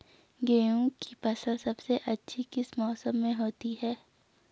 गेहूँ की फसल सबसे अच्छी किस मौसम में होती है